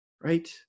right